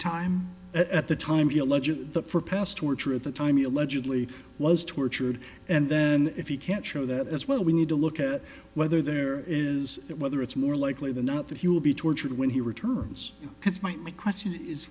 time at the time he alleges that for past torture at the time allegedly was tortured and then if you can't show that as well we need to look at whether there is whether it's more likely than not that he will be tortured when he returns because my question is